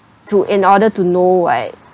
to in order to know right